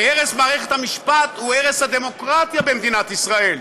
והרס מערכת המשפט הוא הרס הדמוקרטיה במדינת ישראל,